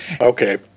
Okay